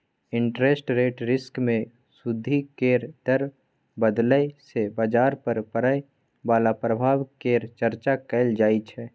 interest rate risk मे सूदि केर दर बदलय सँ बजार पर पड़य बला प्रभाव केर चर्चा कएल जाइ छै